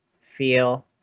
feel